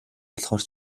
болохоор